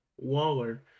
Waller